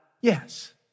Yes